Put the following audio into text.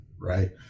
right